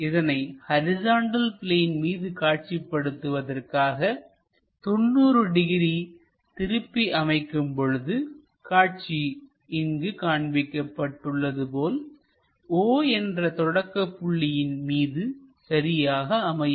இதனை horizontal plane மீது காட்சி படுத்துவதற்காக 90 டிகிரி திருப்பி அமைக்கும் பொழுது காட்சி இங்கு காண்பிக்கப்பட்டுள்ளது போல் O என்ற தொடக்க புள்ளியின் மீது சரியாக அமையும்